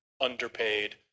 underpaid